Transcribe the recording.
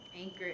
Anchor